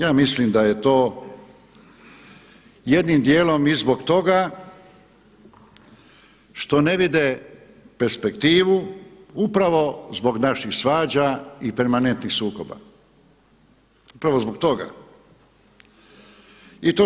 Ja mislim da je to jednim dijelom i zbog toga što ne vide perspektivu upravo zbog naših svađa i permanentnih sukoba, upravo zbog toga.